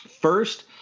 first